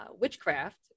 witchcraft